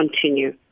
continue